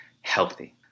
healthy